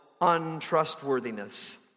untrustworthiness